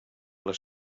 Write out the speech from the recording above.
les